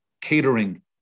catering